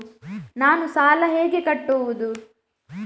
ನಾನು ಸಾಲ ಹೇಗೆ ಕಟ್ಟುವುದು?